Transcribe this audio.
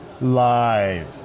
live